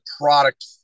product